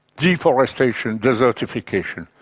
deforestation, desertification.